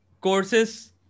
courses